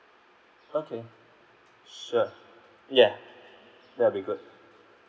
okay sure ya that will be good